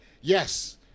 Yes